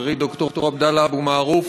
ולחברי ד"ר עבדאללה אבו מערוף.